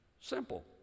Simple